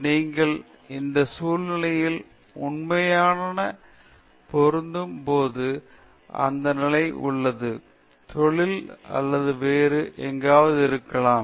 நீங்கள் இந்த சூழ்நிலையில் உண்மையான சூழ்நிலையில் பொருந்தும் போது மற்ற நிலை இப்போது உள்ளது தொழில் அல்லது வேறு எங்காவது இருக்கலாம்